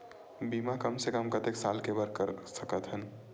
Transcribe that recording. बीमा कम से कम कतेक साल के बर कर सकत हव?